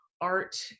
art